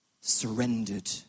surrendered